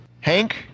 Hank